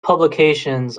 publications